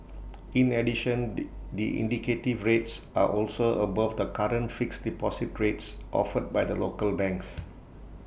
in addition the indicative rates are also above the current fixed deposit rates offered by the local banks